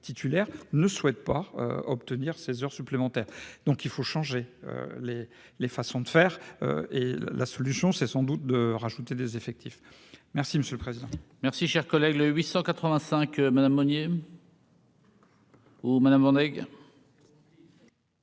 ne souhaite pas obtenir ces heures supplémentaires, donc il faut changer les les façons de faire et la solution, c'est sans doute de rajouter des effectifs, merci monsieur le président.